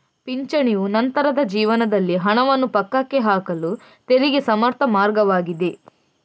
ಪಿಂಚಣಿಯು ನಂತರದ ಜೀವನದಲ್ಲಿ ಹಣವನ್ನು ಪಕ್ಕಕ್ಕೆ ಹಾಕಲು ತೆರಿಗೆ ಸಮರ್ಥ ಮಾರ್ಗವಾಗಿದೆ